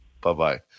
Bye-bye